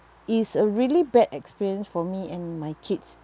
is a really bad experience for me and my kids